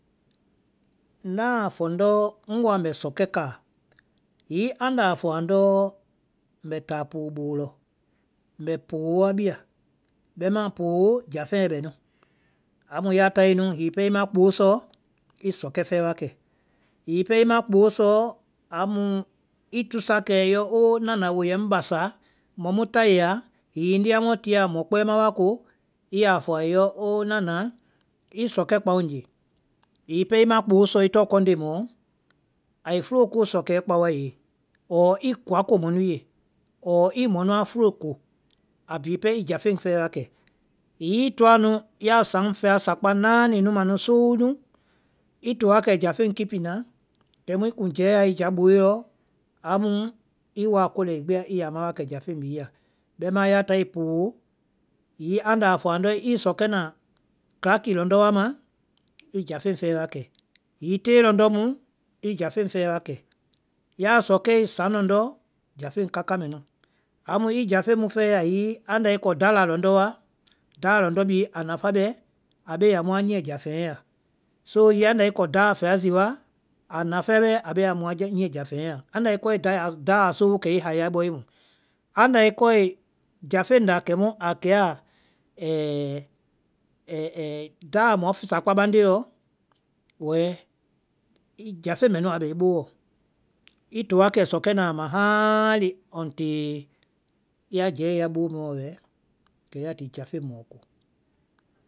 naã fɔ ŋndɔ ŋ woa mbɛ sɔkɛ káa, hiŋi andaa fɔ andɔ mbɛ táa poo boo lɔ, mbɛ poo wa bia, bɛima poo jafeŋɛ bɛ na, amu ya táae nu hiŋi pɛɛ i ma kpoo sɔ, i sɔkɛ fɛɛ wa kɛ. Hiŋi pɛɛ i ma kpoo sɔɔ amuu i tusa kɛ i yɔ oo nana woɛ ŋ basa, mɔ mu tai ya, hiŋi i niamɔɔ tia mɔ kpɛima wa ko, i ya fɔ a ye yɔ oo nana i sɔkɛ kpao ŋ ye. Hiŋi pɛɛ i ma kpoo sɔ i tɔŋ kɔnde mɔɔ, ai fuoko sɔɛ kpao wa i ye, ɔɔ i koa ko mɔ nu ye, ɔɔ i mɔ nuã fuo ko, a bhii pɛɛ i jafeŋ fɛɛ wa kɛ. Hiŋi i toa nu, ya saŋ fɛa, sakpa, náani nu ma nu soolu, i to wa kɛ jafeŋ kipina kɛ i kuŋ jɛɛ ya i ja boeɔ, amu i woa ko lɛi gbi a i yaa ma kɛ jafeŋ bhii ya. Bɛmaã ya tae poo, hiŋi anda a fɔ andɔ i sɔkɛ na kilaki lɔndɔ́ wa ma, i jafeŋ fɛɛ wa kɛ, hiŋi tee lɔndɔ́ mu i jafeŋ fɛɛ wa kɛ, ya sɔkɛe saŋ lɔndɔ́ɔ jafeŋ kaka mɛnu, amu i jafeŋ mu fɛɛ ya hiŋi anda i kɔ dala lɔndɔ́ wa, dala lɔndɔ́ bhii a nafae beya muã niiɛ jafeŋɛ yɛ, so hiŋi anda i kɔe dala fɛa wa a nafae bɛ a bee ya muã ja- muã niiɛ jafeŋɛ ya, anda i kɔe daya dala soou kɛ i haya bɔe mu. Anda i kɔe jafeŋ nda amu a kea dala mɔsakpá bande yɔ, wɛɛ jafeŋ mɛnu a bɛ i booɔ, i to wa kɛ sɔkɛ a ma haŋ̍lee untee ya jɛe ya boo mɛɔ wɛ, kɛ ya tii jafeŋ mɔɔ ko.